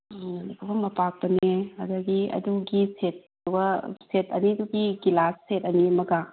ꯄꯨꯈꯝ ꯑꯄꯥꯛꯄꯅꯦ ꯑꯗꯒꯤ ꯑꯗꯨꯒꯤ ꯁꯦꯠꯇꯨꯒ ꯁꯦꯠ ꯑꯅꯤꯗꯨꯒꯤ ꯒꯤꯂꯥꯁ ꯁꯦꯠ ꯑꯅꯤ ꯑꯃꯒ